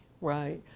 right